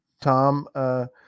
Tom